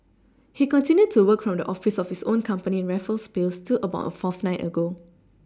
he continued to work from the office of his own company in Raffles place till about a fortnight ago